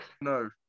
No